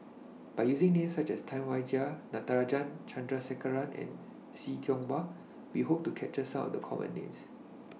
By using Names such as Tam Wai Jia Natarajan Chandrasekaran and See Tiong Wah We Hope to capture Some of The Common Names